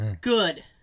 Good